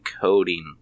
coding